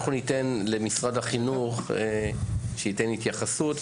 אנחנו ניתן למשרד החינוך לתת התייחסות.